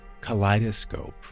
kaleidoscope